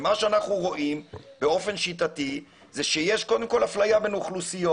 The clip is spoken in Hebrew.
מה שאנחנו רואים באופן שיטתי זה שיש קודם כל אפליה בין אוכלוסיות.